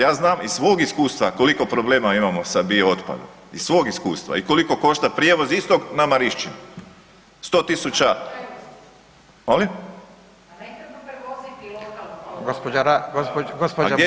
Ja znam iz svog iskustva koliko problema imamo sa biootpadom, iz svog iskustva i koliko košta prijevoz istog na Marišćini, 100 tisuća… [[Upadica iz klupe se ne razumije]] Molim?